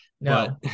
No